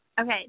Okay